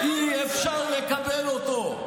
אי-אפשר לקבל אותו.